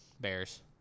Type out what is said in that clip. Bears